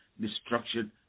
destruction